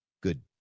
good